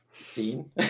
scene